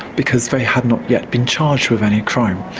because they had not yet been charged with any crime.